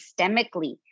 systemically